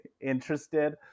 interested